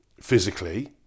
physically